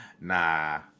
Nah